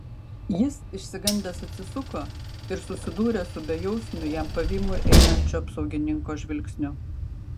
jis išsigandęs atsisuko ir susidūrė su bejausmiu jam pavymui einančio apsaugininko žvilgsniu